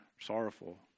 sorrowful